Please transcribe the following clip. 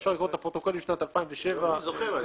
אפשר לקרוא את הפרוטוקולים משנת 2007. אני זוכר,